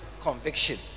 conviction